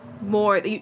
more